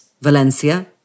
Valencia